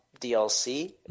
DLC